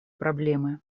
проблемы